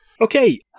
Okay